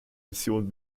mission